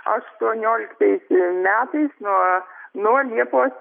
aštuonioliktais metais nuo nuo liepos